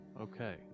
Okay